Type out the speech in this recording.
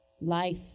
Life